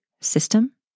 system